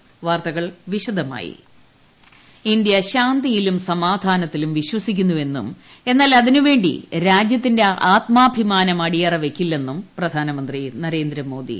ട്ടടടടടടടടടടടടടടട Mann Ki Baat India ശാന്തിയിലും സമാധാനത്തിലും വിശ്വസിക്കുന്നു എന്നും എന്നാൽ അതിനുവേണ്ടി രാജ്യത്തിന്റെ ആത്മാഭിമാനം അടയറ വയ്ക്കില്ലെന്നും പ്രധാനമന്ത്രി നരേന്ദ്രമോദി